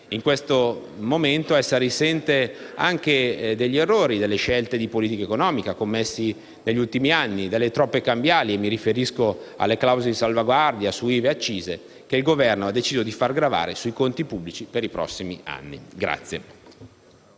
in questo momento, essa risente anche degli errori nelle scelte di politica economica commessi negli ultimi anni e delle troppe cambiali. Mi riferisco alle clausole di salvaguardia su IVA e accise, che il Governo ha deciso di far gravare sui conti pubblici per i prossimi anni.